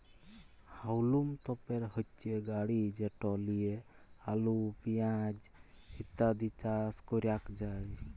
হাউলম তপের হচ্যে গাড়ি যেট লিয়ে আলু, পেঁয়াজ ইত্যাদি চাস ক্যরাক যায়